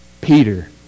Peter